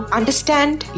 understand